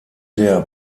der